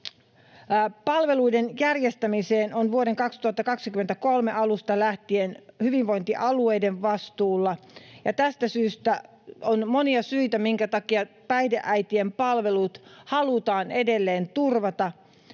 Palveluiden järjestäminen on vuoden 2023 alusta lähtien hyvinvointialueiden vastuulla, ja tästä syystä on monia syitä, minkä takia päihdeäitien palvelut halutaan edelleen turvata.